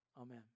Amen